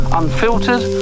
unfiltered